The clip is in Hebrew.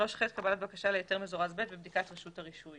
3ח.קבלת בקשה להיתר מזורז ב' ובדיקת רשות הרישוי